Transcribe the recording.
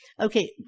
Okay